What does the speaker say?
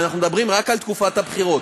אנחנו מדברים רק על תקופת הבחירות.